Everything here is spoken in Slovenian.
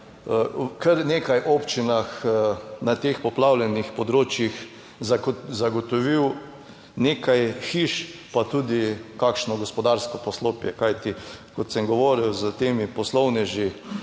kar nekaj občinah na teh poplavljenih področjih zagotovil nekaj hiš pa tudi kakšno gospodarsko poslopje, kajti, kot sem govoril s temi poslovneži,